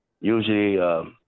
usually—